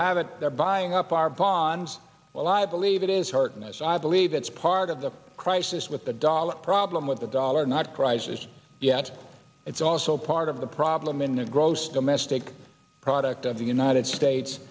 have it they're buying up our bonds well i believe it is hard and as i believe it's part of the crisis with the dollar problem with the dollar not crisis yet it's also part of the problem in the gross domestic product of the united states